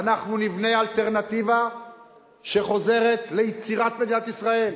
ואנחנו נבנה אלטרנטיבה שחוזרת ליצירת מדינת ישראל,